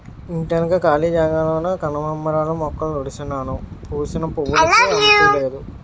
ఇంటెనక కాళీ జాగాలోన కనకాంబరాలు మొక్కలుడిసినాను పూసిన పువ్వులుకి అంతులేదు